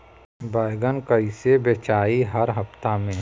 बैगन कईसे बेचाई हर हफ्ता में?